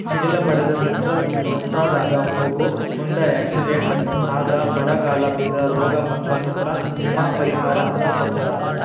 ಸಿಡಿಲ ಬಡದ ಸತ್ರ ರಸ್ತಾದಾಗ ಹೋಗು ಮುಂದ ಎಕ್ಸಿಡೆಂಟ್ ಆದ್ರ ಬರಗಾಲ ಬಿದ್ರ ರೋಗ ಬಂದ್ರ ಸತ್ರ ವಿಮಾ ಪರಿಹಾರ ಅಂತ ಕೊಡತಾರ